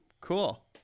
Cool